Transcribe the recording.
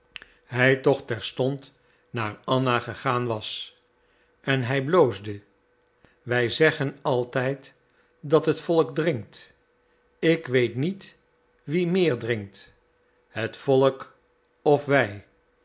hij toch terstond naar anna gegaan was en hij bloosde wij zeggen altijd dat het volk drinkt ik weet niet wie meer drinkt het volk of wij